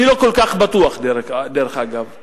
אני לא כל כך בטוח, דרך אגב.